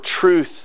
truth